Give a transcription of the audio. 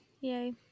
yay